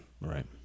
Right